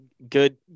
good